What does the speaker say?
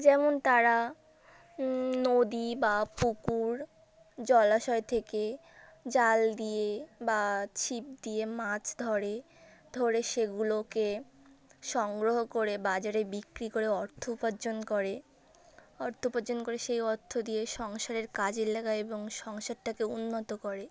যেমন তারা নদী বা পুকুর জলাশয় থেকে জাল দিয়ে বা ছিপ দিয়ে মাছ ধরে ধরে সেগুলোকে সংগ্রহ করে বাজারে বিক্রি করে অর্থ উপার্জন করে অর্থ উপার্জন করে সেই অর্থ দিয়ে সংসারের কাজে লাগায় এবং সংসারটাকে উন্নত করে